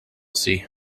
see